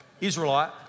Israelite